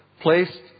placed